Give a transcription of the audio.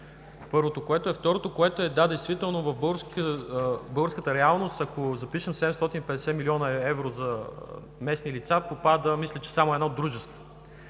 препоръчителен. Второто, да, действително в българската реалност, ако запишем 750 млн. евро за местни лица попада, мисля, че само едно дружество.